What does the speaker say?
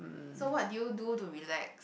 so what do you do to relax